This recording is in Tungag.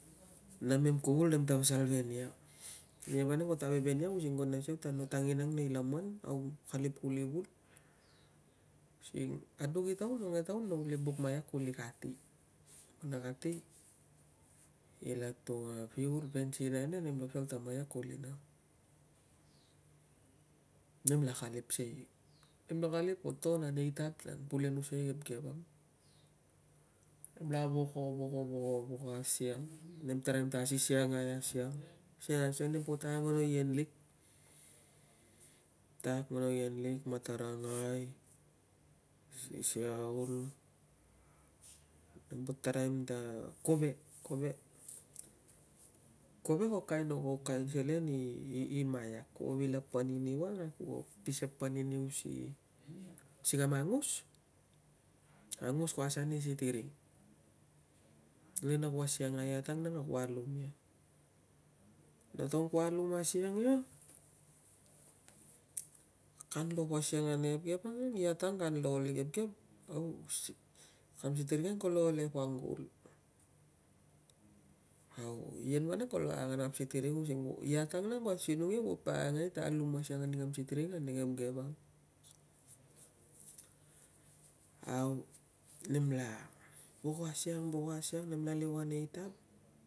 Namem kuvul nemta pasal ve nia. Nia vanang kata aiveven iau using ko nas ta no tanginang nei laman au kalip kuli vul using a duk i taun, a miang i taun, no kuli buk maiak kuli kati na kati kila atung a fuel, bensin ania, nemla pasal ta maiak kuli na. Nemla kalip si, nem la kalip ko togon a neitab nang, kulenusa e kebkeb. Nemla voko, voko, voko, voko asiang, nem taraim ta asisiangai asiang sikei nempo tak a ngono ien lik, tak ngono ien lik, matarangai, siaul, nempo taraim ta kove, kove. Kove ko kain, ko kain selen i, i maiak. Ku vil a pan i niu ang a ku pis a pan i niu ang si kam angus. Angus ko asan i sitiring le na ku asiang a iat ang nang na ku alum ia. Na taun ku alum asiang ia, kan lum asiang ane kebkeb vanang, iat ang kon lo ol ane kebkeb au, kam sitiring ang konlo ol e pangkul, au ien vanang kolo angan kam sitiring using iat ang nang kio asinong ia ko pakangai ta alum asiang ani kam sitiring ane kebkeb ang. Au, nem la voko asiang, voko asiang, nemla liu a neitab.